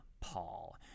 Paul